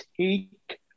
take